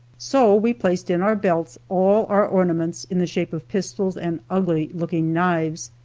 so we placed in our belts all our ornaments in the shape of pistols and ugly looking knives,